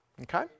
Okay